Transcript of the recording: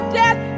death